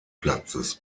platzes